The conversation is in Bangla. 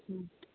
হুম